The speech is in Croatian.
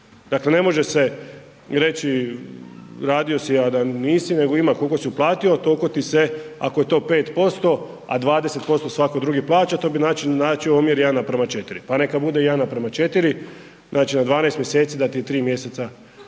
dakle ne može se reći radio si, a da nisi, nego ima kolko si uplatio tolko ti se, ako je to 5%, a 20% svako drugi plaća, to bi značio omjer 1:4, pa neka bude 1:4, znači na 12 mjeseci da ti je 3 mjeseca